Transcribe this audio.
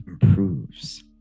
improves